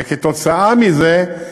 וכתוצאה מזה,